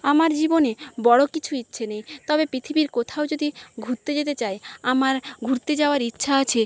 আমার জীবনে বড়ো কিছু ইচ্ছে নেই তবে পৃথিবীর কোথাও যদি ঘুরতে যেতে চাই আমার ঘুরতে যাওয়ার ইচ্ছা আছে